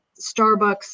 Starbucks